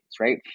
right